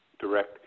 direct